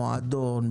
מועדון,